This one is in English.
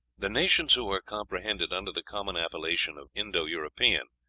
the nations who are comprehended under the common appellation of indo-european,